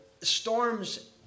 storms